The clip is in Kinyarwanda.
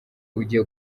ugiye